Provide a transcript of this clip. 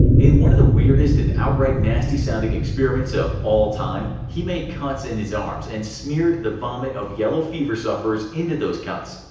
in one of the weirdest and outright nasty-sounding experiments of all time he made cuts in his arms and smeared the vomit of yellow fever sufferers into those cuts.